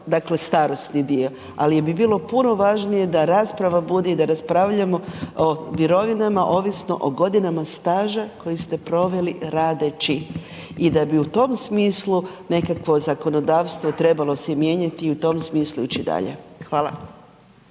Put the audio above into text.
dakle, starosni dio, ali bi bilo puno važnije da rasprava bude i da raspravljamo o mirovinama ovisno o godinama staža koje ste proveli radeći i da bi u tom smislu nekakvo zakonodavstvo trebalo se i mijenjati u tom smislu ići dalje. Hvala.